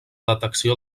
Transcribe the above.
detecció